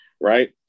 Right